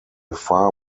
far